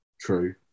True